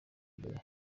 mbere